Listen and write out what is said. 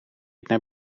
naar